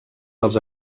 dels